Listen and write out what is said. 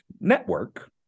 network